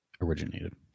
originated